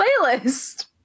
playlist